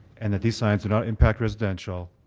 and that these signs do not impact residential,